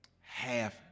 Half